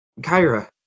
Kyra